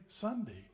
Sunday